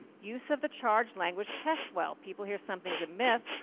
use of the charged language test well people hear something's a myth,